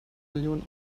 millionen